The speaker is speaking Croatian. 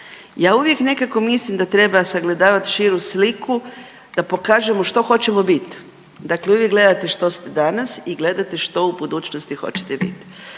Ja uvijek nekako mislim da treba sagledavati širu sliku da pokažemo što hoćemo bit. Dakle, vi uvijek gledate što ste danas i gledate što u budućnosti hoćete biti.